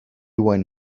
when